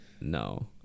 No